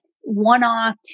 one-off